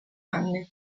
anni